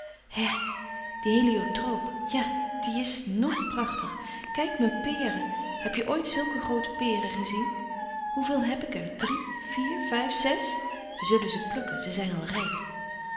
hè die heliotrope ja die is nog prachtig kijk mijn peren heb je ooit zulke groote peren gezien hoeveel heb ik er drie vier vijf zes we zullen ze plukken ze zijn al rijp